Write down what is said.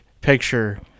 picture